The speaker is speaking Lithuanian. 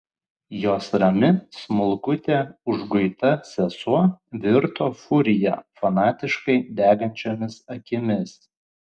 jos rami smulkutė užguita sesuo virto furija fanatiškai degančiomis akimis